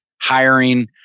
hiring